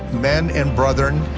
men and brethren,